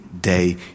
day